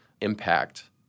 impact